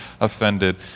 offended